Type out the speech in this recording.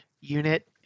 unit